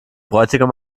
bräutigam